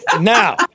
Now